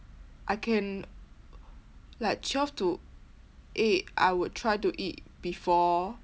I can like twelve to eight I would try to eat before